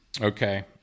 Okay